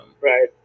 Right